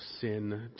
sin